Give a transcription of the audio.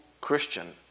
Christian